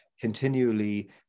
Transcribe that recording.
continually